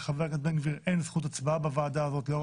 לחבר הכנסת בן גביר אין זכות הצבעה בוועדה הזאת לאור